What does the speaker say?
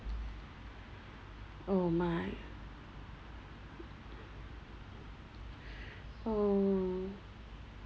oh my oh